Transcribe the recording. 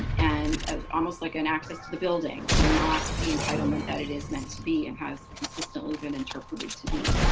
and almost like an access to the building and not the entitlement that it is meant to be and has consistently been interpreted to be.